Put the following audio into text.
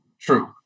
True